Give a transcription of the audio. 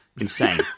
Insane